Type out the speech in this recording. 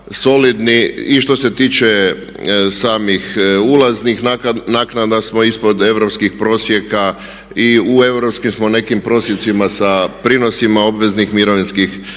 I što se tiče samih ulaznih naknada smo ispod europskih prosjeka i u europskim smo nekim prosjecima sa prinosima obveznih mirovinskih fondova.